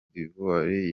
d’ivoire